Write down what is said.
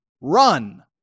run